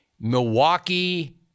Milwaukee